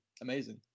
amazing